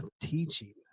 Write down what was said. teaching